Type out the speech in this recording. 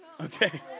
okay